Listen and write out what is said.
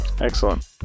Excellent